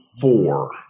four